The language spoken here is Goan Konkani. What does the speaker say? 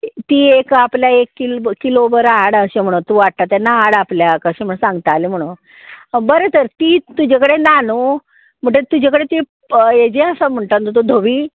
ती एक आपल्याक एक किल किलोबर हाड अशें म्हणोन तूं हाडटा तेन्ना हाड आपल्याक अशें म्हण सांगतालें म्हणोन बरें तर ती तुजे कडेन ना न्हू म्हणटगीर तुजे कडेन ती हेजी आसा म्हणटा न्हू तूं धवीं